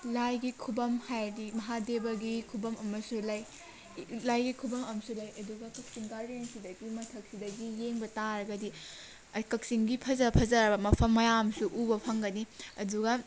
ꯂꯥꯏꯒꯤ ꯈꯨꯕꯝ ꯍꯥꯏꯔꯗꯤ ꯃꯥꯍꯥꯗꯦꯕꯒꯤ ꯈꯨꯕꯝ ꯑꯃꯁꯨ ꯂꯩ ꯂꯥꯏꯒꯤ ꯈꯨꯕꯝ ꯑꯃꯁꯨ ꯂꯩ ꯑꯗꯨꯒ ꯀꯛꯆꯤꯡ ꯒꯥꯔꯗꯦꯟ ꯁꯤꯗꯒꯤ ꯃꯊꯛꯁꯤꯗꯒꯤ ꯌꯦꯡꯕ ꯇꯥꯔꯒꯗꯤ ꯀꯛꯆꯤꯡꯒꯤ ꯐꯖ ꯐꯖꯔꯕ ꯃꯐꯝ ꯃꯌꯥꯝ ꯑꯃꯁꯨ ꯎꯕ ꯐꯪꯒꯅꯤ ꯑꯗꯨꯒ